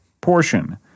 portion